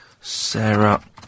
Sarah